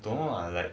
no ah like